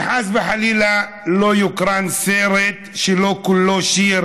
שחס וחלילה לא יוקרן סרט שלא כולו שיר